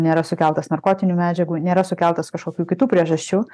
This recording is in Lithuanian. nėra sukeltas narkotinių medžiagų nėra sukeltas kažkokių kitų priežasčių